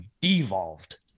devolved